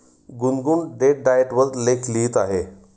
गुनगुन डेट डाएट वर लेख लिहित आहे